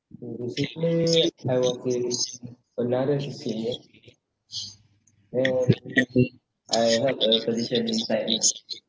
previously I was in another then I held a position inside it